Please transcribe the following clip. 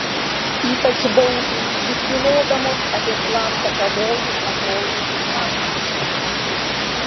ypač baugiai lyg bylodamos apie slaptą pavojų atrodė jų akys